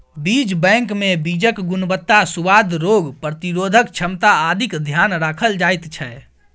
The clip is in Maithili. बीज बैंकमे बीजक गुणवत्ता, सुआद, रोग प्रतिरोधक क्षमता आदिक ध्यान राखल जाइत छै